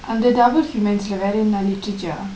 அந்த:andtha double humans வேர என்ன:vera enna literature ah